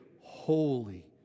holy